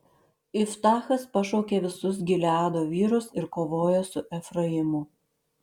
iftachas pašaukė visus gileado vyrus ir kovojo su efraimu